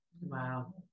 Wow